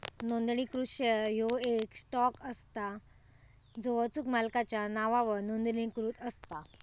नोंदणीकृत शेअर ह्यो येक स्टॉक असता जो अचूक मालकाच्या नावावर नोंदणीकृत असता